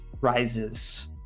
rises